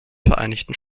vereinigten